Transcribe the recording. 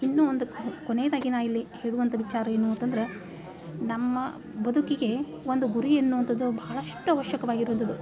ಇನ್ನೂ ಒಂದು ಕೊನೆಯದಾಗಿ ನಾ ಇಲ್ಲಿ ಹೇಳುವಂಥ ವಿಚಾರ ಏನು ಅಂತಂದ್ರೆ ನಮ್ಮ ಬದುಕಿಗೆ ಒಂದು ಗುರಿ ಎನ್ನುವಂಥದ್ದು ಭಾಳಷ್ಟು ಆವಶ್ಯಕವಾಗಿರುವಂಥದ್ದು